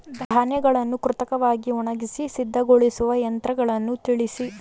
ಧಾನ್ಯಗಳನ್ನು ಕೃತಕವಾಗಿ ಒಣಗಿಸಿ ಸಿದ್ದಗೊಳಿಸುವ ಯಂತ್ರಗಳನ್ನು ತಿಳಿಸಿ?